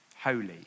holy